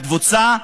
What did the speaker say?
לפני הקבוצה,